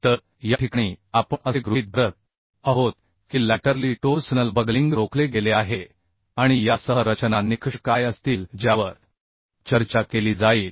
तर या ठिकाणी आपण असे गृहीत धरत आहोत की लॅटरल टोर्सनल बकलिंग रोखले गेले आहे आणि यासह रचना निकष काय असतील ज्यावर चर्चा केली जाईल